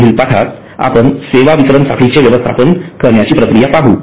पुढील पाठात आपण सेवा वितरण साखळीचे व्यवस्थापन करण्याची प्रक्रिया पाहू